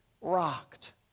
rocked